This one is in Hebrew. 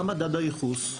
מה מדד הייחוס?